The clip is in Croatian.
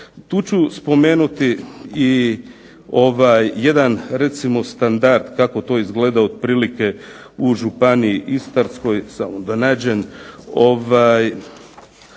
Tu ću spomenuti jedan standard kako to izgleda u županiji Istarskoj, samo ga nađem,